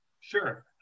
Sure